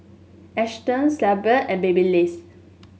Astons Carlsberg and Babyliss